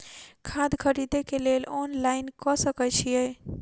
खाद खरीदे केँ लेल ऑनलाइन कऽ सकय छीयै?